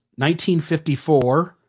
1954